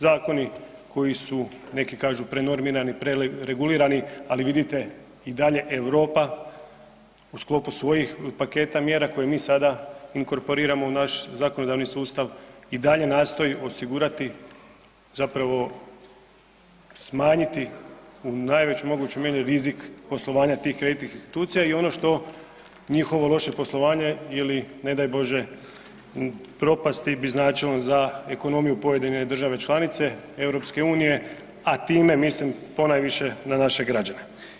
Zakoni koji su neki kažu prenormirani, pre regulirani, ali vidite i dalje Europa u sklopu svojih paketa mjera koje mi sada inkorporiramo u naš zakonodavni sustav i dalje nastoji osigurati zapravo smanjiti u najvećoj mogućoj mjeri rizik poslovanja tih kreditnih institucija i ono što njihovo loše poslovanje ili ne daj Bože propasti bi značilo za ekonomiju pojedine države članice EU, a time mislim ponajviše na naše građane.